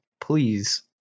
Please